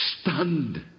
stunned